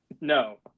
no